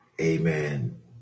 Amen